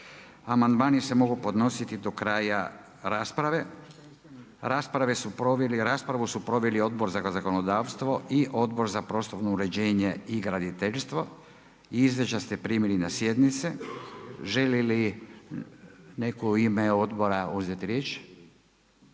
amandmani se mogu podnositi do kraja rasprave. Raspravu su proveli Odbor za zakonodavstvo i Odbor za prostorno uređenje i graditeljstvo. Izvješća ste primili na sjednici. Želi li netko u ime odbora uzeti riječ?